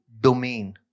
domain